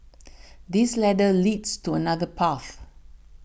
this ladder leads to another path